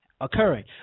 occurring